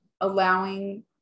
allowing